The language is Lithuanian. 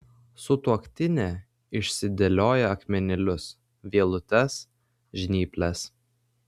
sutuoktinė išsidėlioja akmenėlius vielutes žnyples